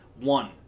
One